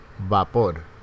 Vapor